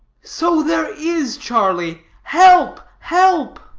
so there is, charlie help, help!